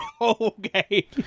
Okay